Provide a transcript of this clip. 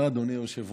תודה, אדוני היושב-ראש.